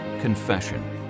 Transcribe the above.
confession